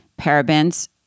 parabens